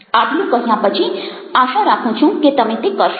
આટલું કહ્યા પછી આશા રાખું છું કે તમે તે કરશો